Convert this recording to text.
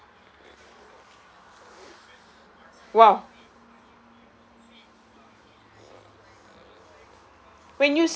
!wow!